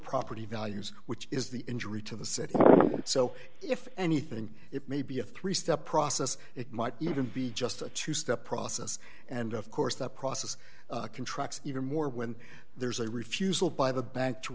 property values which is the injury to the city so if anything it may be a three step process it might even be just a two step process and of course that process contracts even more when there's a refusal by the bank to